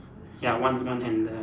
ya one one handle